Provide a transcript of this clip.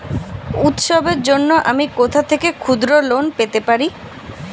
উৎসবের জন্য আমি কোথা থেকে ক্ষুদ্র লোন পেতে পারি?